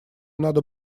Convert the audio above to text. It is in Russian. надо